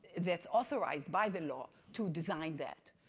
that's authorized by the law to design that?